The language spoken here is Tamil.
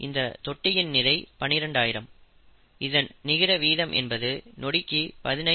இந்த தொட்டியில் நிறை 12 ஆயிரம் இதன் நிகர வீதம் என்பது நொடிக்கு 15